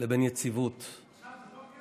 לבין יציבות עכשיו זה לא כאוס?